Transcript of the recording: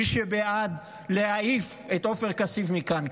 מי שבעד להעיף את עופר כסיף מכאן,